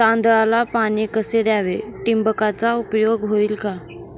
तांदळाला पाणी कसे द्यावे? ठिबकचा उपयोग होईल का?